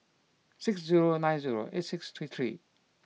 six zero nine zero eight six three three